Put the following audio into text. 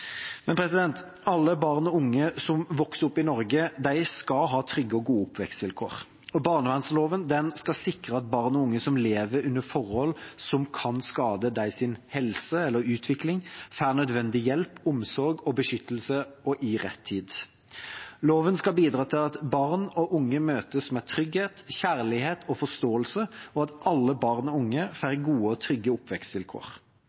Alle barn og unge som vokser opp i Norge, skal ha trygge og gode oppvekstvilkår. Barnevernsloven skal sikre at barn og unge som lever under forhold som kan skade deres helse eller utvikling, får nødvendig hjelp, omsorg og beskyttelse – og i rett tid. Loven skal bidra til at barn og unge møtes med trygghet, kjærlighet og forståelse, og at alle barn og unge